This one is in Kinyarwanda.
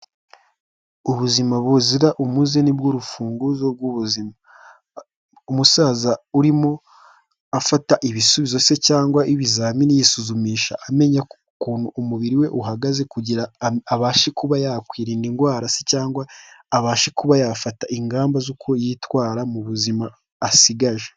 Ubuzima buzira umuze, ni rwo rufunguzo rw'ubuzima, umusaza urimo afata ibisubizo se cyangwa ibizamini, yisuzumisha amenya ukuntu umubiri we uhagaze, kugira abashe kuba yakwirinda indwara se cyangwa abashe kuba yafata ingamba z'uko yitwara mu buzima asigaje.